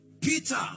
Peter